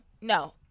no